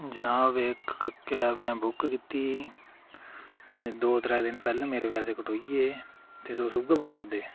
जनाब इक कैब में बुक कीती एह् दो त्रै दिन पैह्लै मेरे पैसे कटोई गे ते तुस उ'यै बोल्लै दे